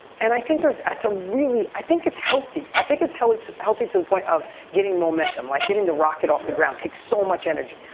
and i think that's a really, i think it's healthy. i think it's healthy to healthy to the point of getting momentum. like, getting the rocket off the ground takes so much energy.